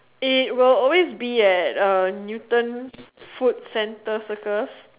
it will always be at uh Newton food center circus